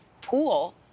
pool